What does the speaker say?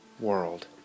world